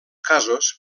casos